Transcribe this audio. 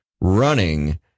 running